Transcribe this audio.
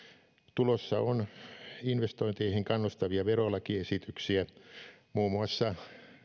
tulossa on investointeihin kannustavia verolakiesityksiä muun muassa